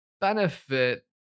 benefit